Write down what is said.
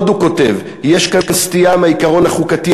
עוד הוא כותב: יש כאן סטייה מהעיקרון החוקתי